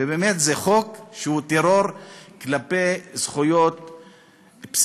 ובאמת, זה חוק שהוא טרור כלפי זכויות בסיסיות,